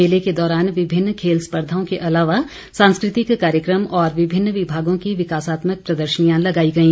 मेले के दौरान विभिन्न खेल स्पर्धाओं के अलावा सांस्कृतिक कार्यक्रम और विभिन्न विभागों की विकासात्मक प्रदर्शनियां लगाई गई